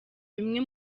bimwe